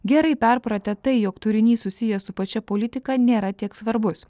gerai perpratę tai jog turinys susijęs su pačia politika nėra tiek svarbus